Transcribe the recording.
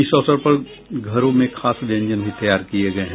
इस अवसर पर घरों में खास व्यंजन भी तैयार किये गये हैं